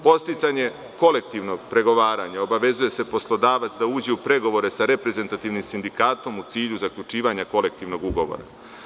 Podsticanje kolektivnog pregovaranja - obavezuje se poslodavac da uđe u pregovore sa reprezentativnim sindikatom u cilju zaključivanja kolektivnog ugovora.